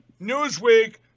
Newsweek